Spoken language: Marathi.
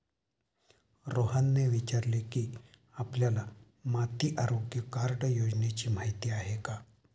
रोहनने विचारले की, आपल्याला माती आरोग्य कार्ड योजनेची माहिती आहे का?